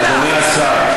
אדוני השר.